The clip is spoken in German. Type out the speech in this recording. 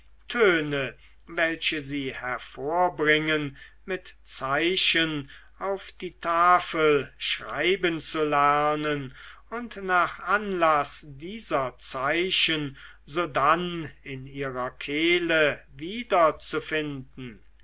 töne welche sie hervorbringen mit zeichen auf die tafel schreiben zu lernen und nach anlaß dieser zeichen sodann in ihrer kehle wiederzufinden